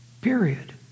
Period